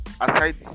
aside